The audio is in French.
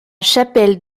chapelle